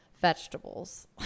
vegetables